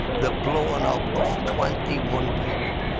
the blowing up of twenty one people,